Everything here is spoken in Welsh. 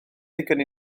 ddigon